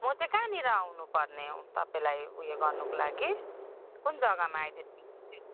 म चाहिँ कहाँनिर आउनुपर्ने हो तपाईँलाई ऊ यो गर्नुको लागि कुन जग्गामा आइदिनु